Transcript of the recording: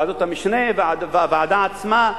ועדות המשנה והוועדה עצמה,